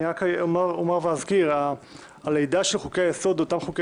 רק אומר ואזכיר: הלידה של אותם חוקי